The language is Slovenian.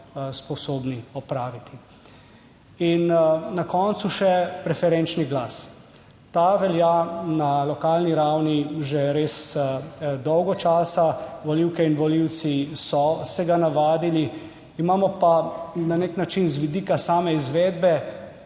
sposobni opraviti. Na koncu še preferenčni glas. Ta velja na lokalni ravni že res dolgo časa, volivke in volivci so se ga navadili, imamo pa na nek način z vidika same izvedbe